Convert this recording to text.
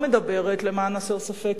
למען הסר ספק,